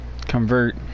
convert